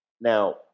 Now